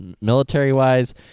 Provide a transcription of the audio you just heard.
military-wise